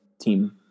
team